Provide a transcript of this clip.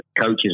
coaches